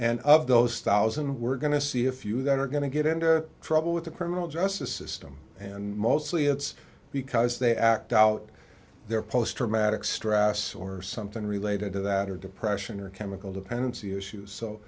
and of those thousand we're going to see a few that are going to get into trouble with the criminal justice system and mostly it's because they act out their post traumatic stress or something related to that or depression or chemical dependency issues so